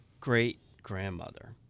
great-grandmother